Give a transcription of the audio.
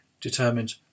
determined